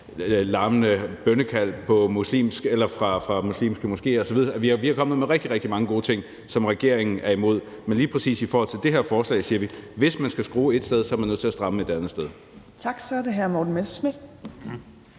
larmende bønnekald fra muslimske moskéer osv. Vi er kommet med rigtig, rigtig mange gode ting, som regeringen er imod; men lige præcis i forhold til det her forslag siger vi, at hvis man skal skrue et sted, er man nødt til at stramme et andet sted. Kl. 14:30 Tredje næstformand